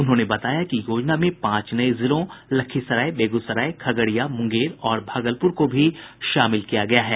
उन्होंने बताया कि योजना में पांच नये जिलों लखीसराय बेगूसराय खगड़िया मुंगेर और भागलपुर को भी शामिल किया गया है